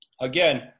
Again